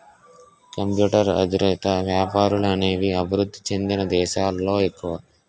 computer ఆధారిత వ్యాపారాలు అనేవి అభివృద్ధి చెందిన దేశాలలో ఎక్కువ